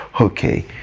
okay